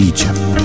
Egypt